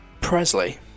Presley